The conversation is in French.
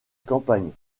campagne